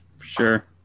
Sure